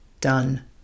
done